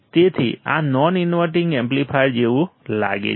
તેથી આ non inverting amplifier જેવું લાગે છે